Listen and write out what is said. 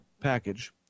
package